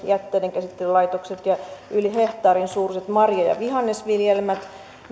jätteidenkäsittelylaitokset ja yli hehtaarin suuruiset marja ja vihannesviljelmät